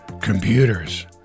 computers